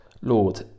Lord